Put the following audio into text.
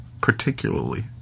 particularly